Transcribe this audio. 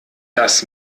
das